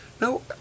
No